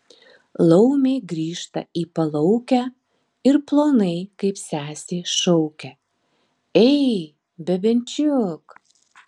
laumė grįžta į palaukę ir plonai kaip sesė šaukia ei bebenčiuk